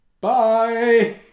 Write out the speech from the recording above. Bye